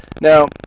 Now